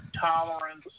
tolerance